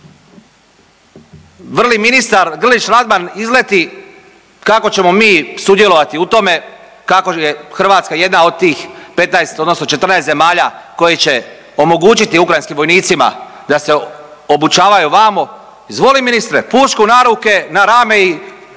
Vrli ministar Grlić Radman izleti kako ćemo mi sudjelovati u tome, kako je Hrvatska jedna od tih 15 odnosno 14 zemalja koje će omogućiti ukrajinskim vojnicima da se obučavaju vamo, izvoli ministre pušku na ruke, na rame i